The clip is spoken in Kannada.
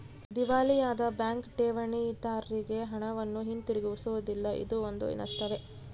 ದಿವಾಳಿಯಾದ ಬ್ಯಾಂಕ್ ಠೇವಣಿದಾರ್ರಿಗೆ ಹಣವನ್ನು ಹಿಂತಿರುಗಿಸುವುದಿಲ್ಲ ಇದೂ ಒಂದು ನಷ್ಟವೇ